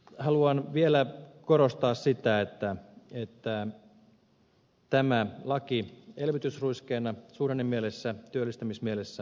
haluan vielä korostaa sitä että tämä laki elvytysruiskeena suhdannemielessä ja työllistämismielessä on hyvä